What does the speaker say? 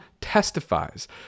testifies